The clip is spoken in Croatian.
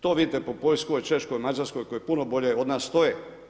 To vidite po Poljskoj, Češkoj, Mađarskoj koje puno bolje od nas stoje.